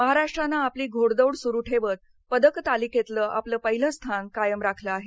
महाराष्ट्रानं आपली घोडदौड सुरु ठेवत पदक तालिकेतलं पहिलं स्थान कायम राखलं आहे